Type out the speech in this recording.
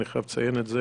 אני חייב לציין את זה